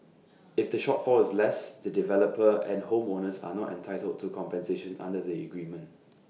if the shortfall is less the developer and home owners are not entitled to compensation under the agreement